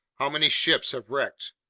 how many ships have wrecked,